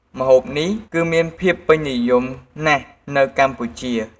ម្ហូបនេះ គឹមានភាពពេញនិយមណាស់នៅកម្ពុជា។